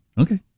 Okay